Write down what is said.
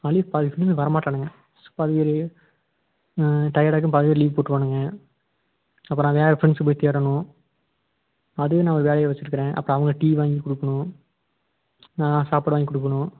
அதுலையும் பாதி பேர் வர மாட்டானுங்க பாதி பேர் டயடாருக்குனு பாதி பேர் லீவ் போட்டிருவானுங்க அப்புறம் நான் வேறு ஃப்ரெண்ஸ் போய் தேடணும் அதையே நான் ஒரு வேலையாக வைச்சுருக்குறேன் அப்புறம் அவங்கள் டீ வாங்கி கொடுக்குணும் நான் சாப்பாடு வாங்கி கொடுக்குணும்